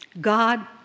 God